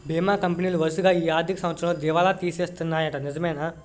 బీమా కంపెనీలు వరసగా ఈ ఆర్థిక సంవత్సరంలో దివాల తీసేస్తన్నాయ్యట నిజమేనా